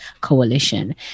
Coalition